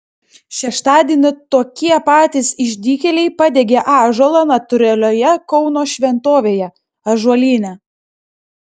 šeštadienį tokie patys išdykėliai padegė ąžuolą natūralioje kauno šventovėje ąžuolyne